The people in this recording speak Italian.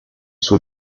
suo